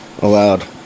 allowed